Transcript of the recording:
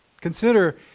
Consider